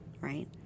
right